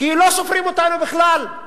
כי לא סופרים אותנו בכלל.